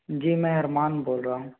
जी मैं अरमान बोल रहा हूँ